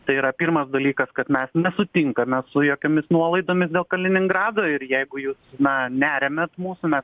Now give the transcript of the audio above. tai yra pirmas dalykas kad mes nesutinkame su jokiomis nuolaidomis dėl kaliningrado ir jeigu jūs na neremiat mūsų mes